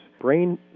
brain